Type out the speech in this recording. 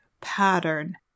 pattern